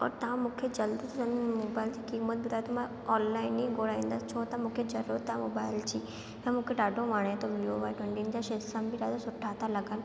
और तव्हां मूंखे जल्द सां जल्द हिन मोबाइल जी क़ीमत ॿुधायो त मां ऑनलाइन ई घुराईंदसि छो त मूंखे जरूअत आहे मोबाइल जी ऐं मूंखे ॾाढो वणे थो विवो वाई ट्वंटी इन जा फंक्शन बि ॾाढा सुठा था लॻनि